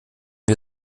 wir